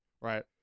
right